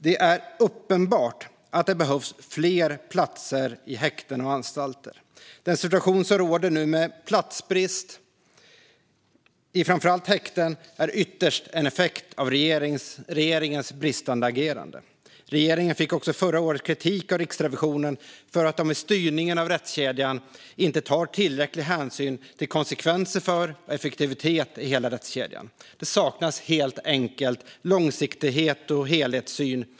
Det är uppenbart att det behövs fler platser i häkten och anstalter. Den situation som råder nu med platsbrist i framför allt häkten är ytterst en effekt av regeringens bristande agerande. Regeringen fick också förra året kritik av Riksrevisionen för att man i styrningen av rättskedjan inte tar tillräcklig hänsyn till konsekvenser för och effektivitet i hela rättskedjan. Det saknas helt enkelt långsiktighet och helhetssyn.